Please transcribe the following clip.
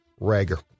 Rager